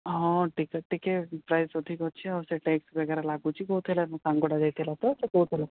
ହଁ ଟିକେଟ୍ ଟିକେ ପ୍ରାଇସ୍ ଅଧିକ ଅଛି ଆଉ ସେ ଟାଇପ୍ ବଗେରା ଲାଗୁଛି କହୁଥିଲା ମୋ ସାଙ୍ଗଟା ଯାଇଥିଲା ତ ସେ କହୁଥିଲା